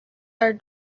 are